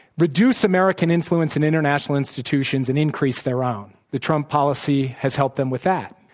reduce american influence in international institutions and increase their own the trump policy has helped them with that.